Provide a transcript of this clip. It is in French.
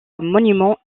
monuments